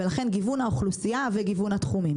ולכן גיוון האוכלוסייה וגיוון התחומים.